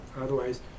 otherwise